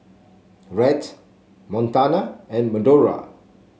Rhett Montana and Medora